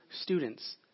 students